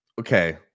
Okay